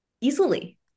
easily